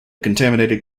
contaminated